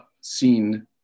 seen